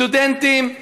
סטודנטים,